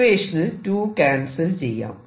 ഇക്വേഷനിൽ 2 ക്യാൻസൽ ചെയ്യാം